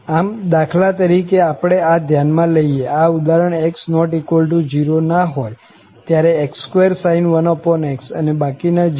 આમ દાખલા તરીકે આપણે આ ધ્યાન માં લઈએ આ ઉદાહરણ x≠0 ના હોય ત્યારેx2sin 1x અને બાકી 0